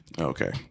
okay